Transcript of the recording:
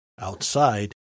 outside